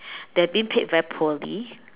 they are being paid very poorly